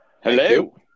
Hello